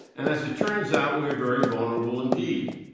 and as it turns out, we are very vulnerable indeed.